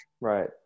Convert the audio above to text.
right